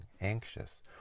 anxious